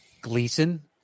Gleason